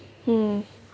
hmm